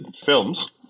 films